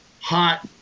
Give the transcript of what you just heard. hot